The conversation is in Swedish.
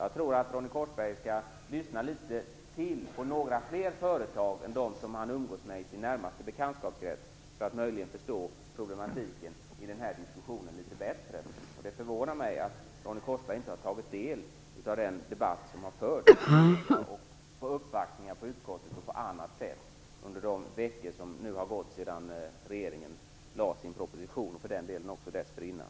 Jag tror att Ronny Korsberg skall lyssna litet mer på några fler företag än dem som han umgås med i sin närmaste bekantskapskrets för att möjligen förstå problematiken i den här diskussionen litet bättre. Det förvånar mig att Ronny Korsberg inte har tagit del av den debatt som har förts vid uppvaktningar av utskottet och på annat sätt under de veckor som nu har gått sedan regeringen lade fram sin proposition, och även dessförinnan.